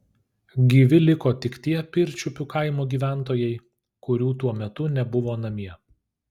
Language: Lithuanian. gyvi liko tik tie pirčiupių kaimo gyventojai kurių tuo metu nebuvo namie